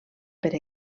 per